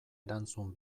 erantzun